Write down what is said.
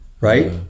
right